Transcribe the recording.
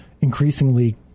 increasingly